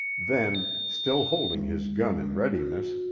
then, still holding his gun in readiness,